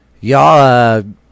y'all